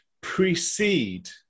precede